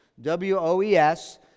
W-O-E-S